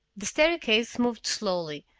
the staircase moved slowly,